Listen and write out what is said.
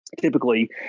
typically